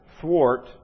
thwart